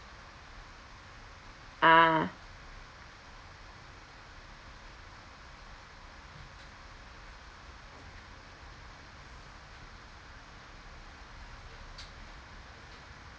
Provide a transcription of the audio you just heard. ah